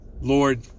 Lord